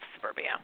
suburbia